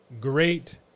great